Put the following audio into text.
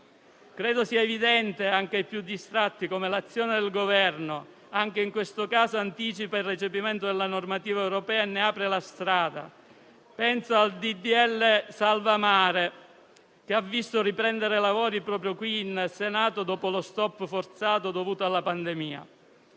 Credo sia evidente anche ai più distratti come l'azione del Governo, anche in questo caso, anticipi il recepimento della normativa europea e ne apra la strada: penso al disegno di legge cosiddetto salvamare, che ha visto riprendere il suo *iter* proprio qui in Senato dopo lo stop forzato dovuto alla pandemia;